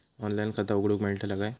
Online खाता उघडूक मेलतला काय?